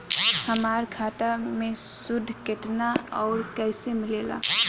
हमार खाता मे सूद केतना आउर कैसे मिलेला?